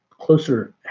closer